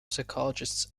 psychologists